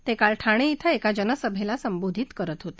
ते काल ठाणे इथं एका जनसभेला संबोधित करत होते